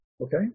okay